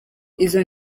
izo